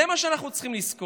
זה מה שאנחנו צריכים לזכור.